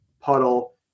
puddle